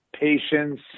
patience –